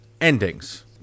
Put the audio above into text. endings